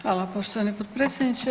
Hvala poštovani potpredsjedniče.